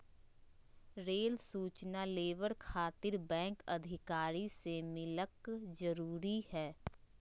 Rail सूचना labour खातिर bank अधिकारी से मिलक जरूरी है?